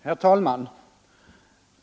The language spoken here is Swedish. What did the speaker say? Herr talman!